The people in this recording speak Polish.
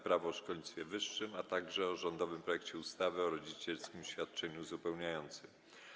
Prawo o szkolnictwie wyższym, - rządowym projekcie ustawy o rodzicielskim świadczeniu uzupełniającym.